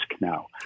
now